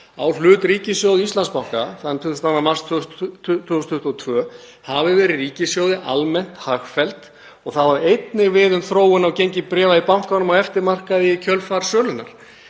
á hlut ríkissjóðs í Íslandsbanka þann 22. mars 2022 hafi verið ríkissjóði almennt hagfelld. Það á einnig við um þróun á gengi bréfa í bankanum á eftirmarkaði í kjölfar sölunnar.